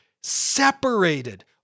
separated